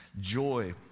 Joy